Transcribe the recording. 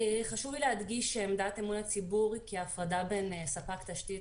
חשוב לי להדגיש שעמדת אמון הציבור היא כי ההפרדה בין ספק תשתית